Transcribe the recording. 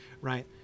right